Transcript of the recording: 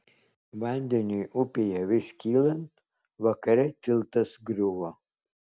vandeniui upėje vis kylant vakare tiltas griuvo